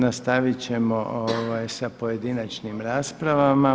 Nastaviti ćemo sa pojedinačnim raspravama.